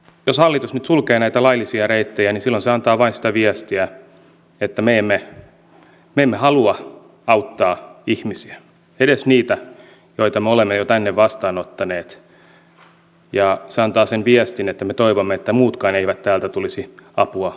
jos hallitus nyt sulkee näitä laillisia reittejä niin silloin se antaa vain sitä viestiä että me emme halua auttaa ihmisiä edes niitä joita me olemme jo tänne vastaanottaneet ja se antaa sen viestin että me toivomme että muutkaan eivät täältä tulisi apua hakemaan